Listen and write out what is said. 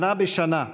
שנה בשנה,